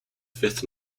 fifth